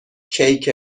کیک